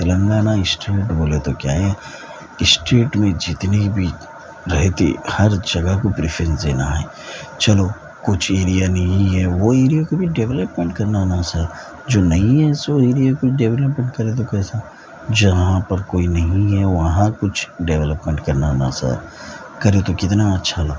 Telangana state بولے تو کیا ہے اسٹیٹ میں جتنی بھی رہتی ہر جگہ کو پریفیرنس دینا ہے چلو کچھ ایریا نہیں ہے وہ ایریا کو بھی ڈیویلپمنٹ کرنا نہ سا جو نہیں ہے سو ایریا ڈیویلپمنٹ کرے تو کیسا جہاں پر کوئی نہیں ہے وہاں کچھ ڈیویلپمنٹ کرنا مثلا کرے تو کتنا اچھا لگتا